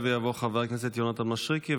יעלה ויבוא חבר הכנסת יונתן מישרקי,